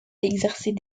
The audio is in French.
exercer